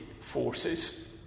forces